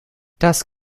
das